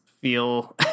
feel